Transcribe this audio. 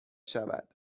شود